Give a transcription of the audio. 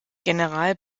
general